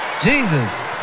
Jesus